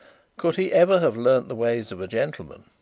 could he ever have learnt the ways of a gentleman,